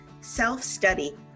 self-study